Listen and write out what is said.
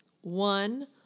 One